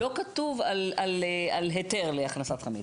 לא כתוב על היתר להכנסת חמץ.